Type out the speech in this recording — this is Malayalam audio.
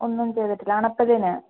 ഒന്നും ചെയ്തിട്ടില്ല അണപ്പല്ലിന്